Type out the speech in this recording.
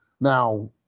Now